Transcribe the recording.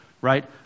right